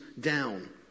down